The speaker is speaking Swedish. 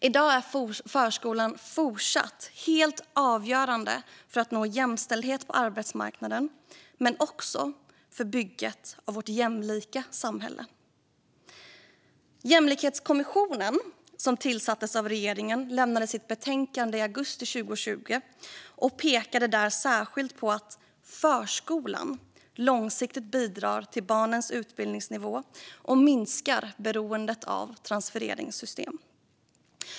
I dag är förskolan fortsatt helt avgörande för att nå jämställdhet på arbetsmarknaden men också för bygget av vårt jämlika samhälle. Jämlikhetskommissionen som tillsattes av regeringen lämnade sitt betänkande i augusti 2020 och pekade där särskilt på att förskolan långsiktigt bidrar till barnens utbildningsnivå och minskar beroendet av transfereringssystem.